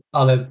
ale